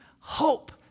hope